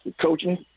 Coaching